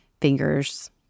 fingers